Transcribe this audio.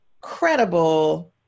credible